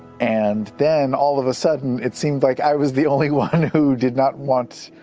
and then all of a sudden it seemed like i was the only one who did not want